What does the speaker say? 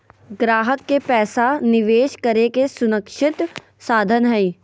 ग्राहक के पैसा निवेश करे के सुनिश्चित साधन हइ